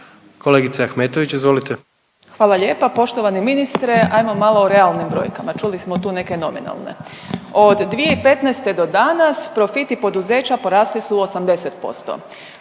**Ahmetović, Mirela (SDP)** Hvala lijepa poštovani ministre. Hajmo malo o realnim brojkama, čuli smo tu neke nominalne. Od 2015. do danas profiti poduzeća porasli su 80%,